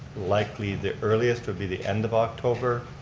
likely the earliest would be the end of october,